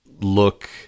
look